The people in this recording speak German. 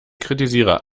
kritisiere